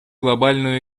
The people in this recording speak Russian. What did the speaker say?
глобальную